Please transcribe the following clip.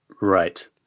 Right